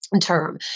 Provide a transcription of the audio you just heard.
term